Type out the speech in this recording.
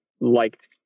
liked